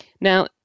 Now